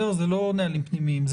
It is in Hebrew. אלה לא נהלים פנימיים,